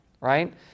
right